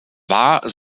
war